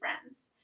friends